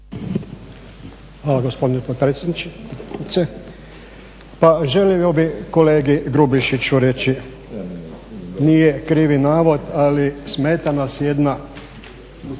Hvala gospodine potpredsjednice. Pa želio bih kolegi Grubišiću reći. Nije krivi navod ali smeta nas jedna